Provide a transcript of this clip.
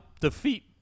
defeat